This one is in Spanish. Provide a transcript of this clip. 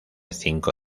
cinco